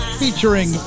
featuring